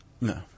No